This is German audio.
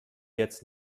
jetzt